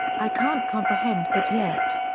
i can't comprehend that yet.